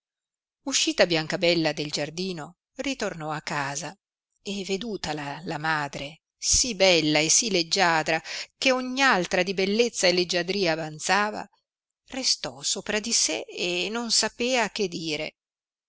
uscita biancabella del giardino ritornò a casa e vedutala la madre sì bella e sì leggiadra eh ogn altra di bellezza e leggiadria avanzava restò sopra di sé e non sapea che dire